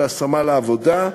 בהשמה לעבודה,